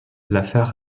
l’affaire